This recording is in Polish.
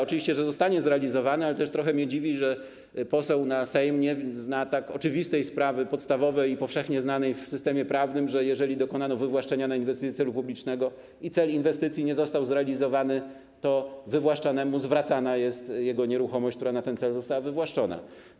Oczywiście, że zostanie zrealizowany, ale też trochę mnie dziwi, że poseł na Sejm nie zna tak oczywistej sprawy, podstawowej i powszechnie znanej w systemie prawnym, że jeżeli dokonano wywłaszczenia na inwestycje celu publicznego i cel inwestycji nie został zrealizowany, to wywłaszczanemu zwracana jest jego nieruchomość, która na ten cel została wywłaszczona.